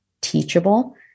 teachable